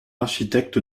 architecte